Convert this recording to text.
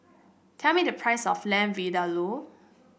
tell me the price of Lamb Vindaloo